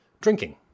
drinking